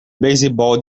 beisebol